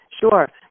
Sure